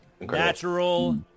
Natural